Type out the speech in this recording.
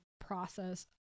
process